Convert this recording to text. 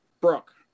Brooke